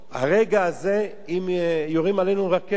ברגע הזה, אם יורים עלינו רקטות.